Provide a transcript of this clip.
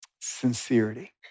Sincerity